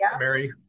Mary